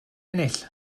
ennill